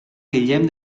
guillem